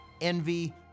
envy